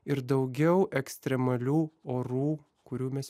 ir daugiau ekstremalių orų kurių mes